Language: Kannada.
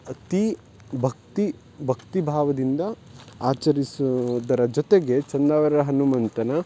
ಅತಿ ಭಕ್ತಿ ಭಕ್ತಿ ಭಾವದಿಂದ ಆಚರಿಸುವುದರ ಜೊತೆಗೆ ಚಂದಾವರ ಹನುಮಂತನ